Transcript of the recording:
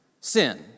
sin